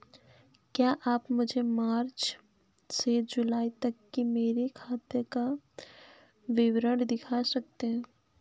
क्या आप मुझे मार्च से जूलाई तक की मेरे खाता का विवरण दिखा सकते हैं?